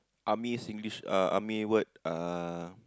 army Singlish uh army word uh